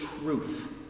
truth